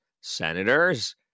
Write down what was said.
senators